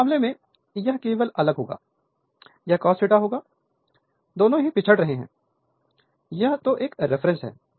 तो इस मामले में यह केवल अलग होगा यह cos थीटा होगा दोनों पिछड़ रहे हैं तो यह रेफरेंस है